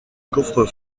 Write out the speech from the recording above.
coffre